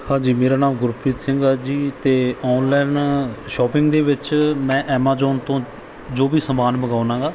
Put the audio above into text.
ਹਾਂਜੀ ਮੇਰਾ ਨਾਮ ਗੁਰਪ੍ਰੀਤ ਸਿੰਘ ਆ ਜੀ ਅਤੇ ਔਨਲਾਈਨ ਸ਼ੋਪਿੰਗ ਦੇ ਵਿੱਚ ਮੈਂ ਐਮਾਜੋਨ ਤੋਂ ਜੋ ਵੀ ਸਮਾਨ ਮੰਗਾਉਣਾ ਗਾ